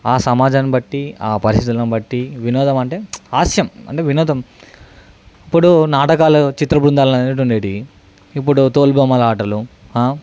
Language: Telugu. ఆ సమాజాన్ని బట్టి ఆ పరిస్థితులని బట్టి వినోదం అంటే హాస్యం అంటే వినోదం అప్పుడు నాటకాలు చిత్ర బృందాలు అనేవి ఉండేవి ఇప్పుడు తోలుబొమ్మలాటలు